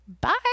Bye